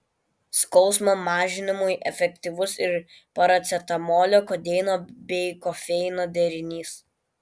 skausmo mažinimui efektyvus ir paracetamolio kodeino bei kofeino derinys